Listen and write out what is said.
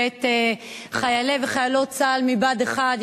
ואת חיילי וחיילות צה"ל מבה"ד 1,